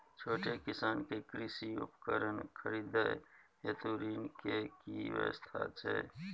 छोट किसान के कृषि उपकरण खरीदय हेतु ऋण के की व्यवस्था छै?